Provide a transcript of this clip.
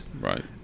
right